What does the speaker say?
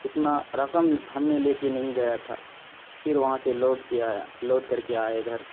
اتنا رقم ہم نے لے کے نہیں گیا تھا پھر وہاں سے لوٹ کے آیا لوٹ کر کے آئے گھر